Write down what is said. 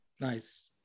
Nice